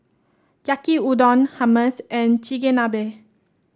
Yaki Udon Hummus and Chigenabe